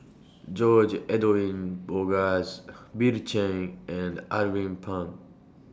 George Edwin Bogaars Bill Chen and Alvin Pang